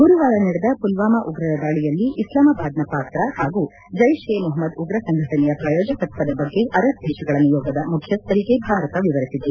ಗುರುವಾರ ನಡೆದ ಪುಲ್ವಾಮ ಉಗ್ರರ ದಾಳಿಯಲ್ಲಿ ಇಸ್ಲಾಮಾಬಾದ್ನ ಪಾತ್ರ ಹಾಗೂ ಜೈಷೇ ಮೊಹಮ್ನದ್ ಉಗ್ರ ಸಂಘಟನೆಯ ಪ್ರಾಯೋಜಕತ್ವದ ಬಗ್ಗೆ ಅರಬ್ ದೇಶಗಳ ನಿಯೋಗದ ಮುಖ್ಯಸ್ಥರಿಗೆ ಭಾರತ ವಿವರಿಸಿದೆ